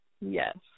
Yes